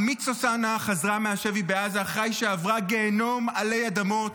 עמית סוסנה חזרה מהשבי בעזה אחרי שעברה גיהינום עלי אדמות,